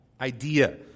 idea